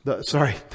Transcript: Sorry